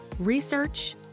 Research